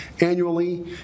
annually